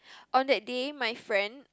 on that day my friend